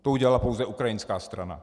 To udělala pouze ukrajinská strana.